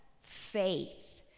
faith